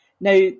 Now